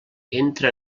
entra